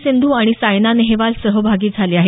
सिंधू आणि सायना नेहेवाल सहभागी झाले आहेत